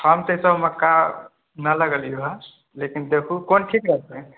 हम सरिसो मक्का नहि लगेली यऽ लेकिन देखू कोन ठीक हेतै